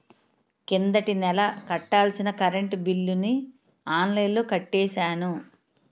కిందటి నెల కట్టాల్సిన కరెంట్ బిల్లుని ఆన్లైన్లో కట్టేశాను